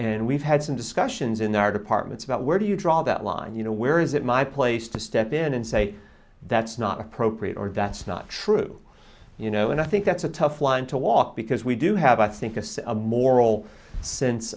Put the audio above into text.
and we've had some discussions in our departments about where do you draw that line you know where is it my place to step in and say that's not appropriate or that's not true you know and i think that's a tough line to walk because we do have i think of a moral s